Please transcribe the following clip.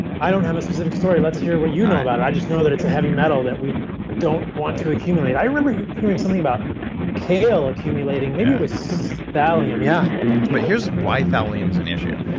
i don't have a specific story. let's hear what you know about it. i just know that it's a heavy metal that we don't want to accumulate. i remember hearing something about kale accumulating yeah maybe it was thallium, yeah but here's why thallium's an issue.